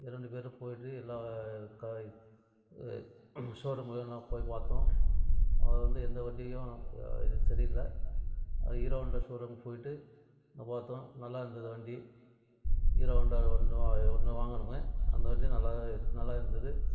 இரண்டு பேரும் போயிட்டு எல்லா ஷோரூமுக்கு எல்லாம் போய் பார்த்தோம் அது வந்து எந்த வண்டியும் இது சரியில்லை அது ஹீரோ ஹோண்டா ஷோரூம் போயிட்டு அங்கே பார்த்தோம் நல்லா இருந்தது வண்டி ஹீரோ ஹோண்டாவில் வந்தோம் ஒன்று வாங்கினோமே அந்த வண்டி நல்லாவே நல்லா இருந்தது